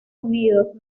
unidos